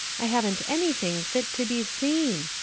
i haven't anything fit to be seen.